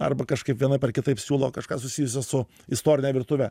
arba kažkaip vienaip ar kitaip siūlo kažką susijusio su istorine virtuve